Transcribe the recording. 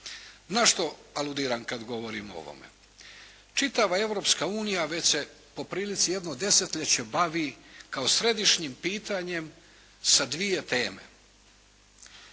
Na što aludiram kada govorim o ovome? Čitava Europska unija već se po prilici jedno desetljeće bavi, kao središnjim pitanjem sa dvije teme.